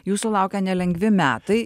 jūsų laukia nelengvi metai